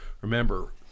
Remember